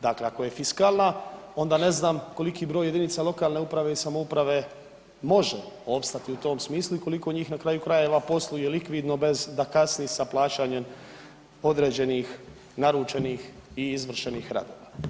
Dakle ako je fiskalna onda ne znam koliki broj jedinica lokalne uprave i samouprave može opstati u tom smislu i koliko njih na kraju krajeva posluje likvidno bez da kasni sa plaćanjem određenih naručenih i izvršenih radova.